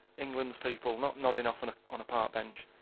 england's people, not noddin' off on on a park bench.